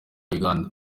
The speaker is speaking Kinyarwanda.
uganda